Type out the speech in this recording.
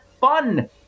fun